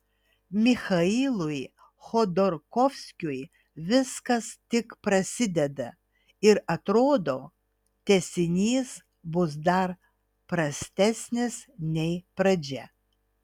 michailui chodorkovskiui viskas tik prasideda ir atrodo tęsinys bus dar prastesnis nei pradžia